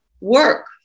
work